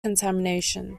contamination